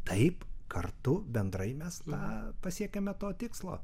taip kartu bendrai mes na pasiekiame to tikslo